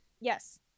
Yes